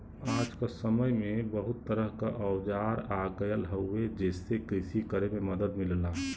आज क समय में बहुत तरह क औजार आ गयल हउवे जेसे कृषि करे में मदद मिलला